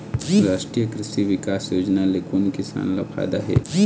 रास्टीय कृषि बिकास योजना ले कोन किसान ल फायदा हे?